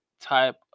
type